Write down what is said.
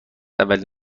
اولین